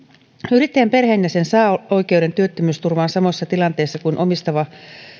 yrittäjän perheenjäsen saa oikeuden työttömyysturvaan samoissa tilanteissa kuin omistava